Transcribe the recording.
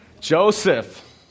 Joseph